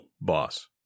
boss